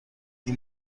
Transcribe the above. این